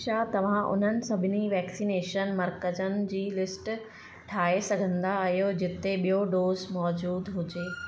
छा तव्हां उन्हनि सभिनी वैक्सीनेशन मर्कज़नि जी लिस्ट ठाहे सघंदा आहियो जिते ॿियों डोज़ मौजूदु हुजे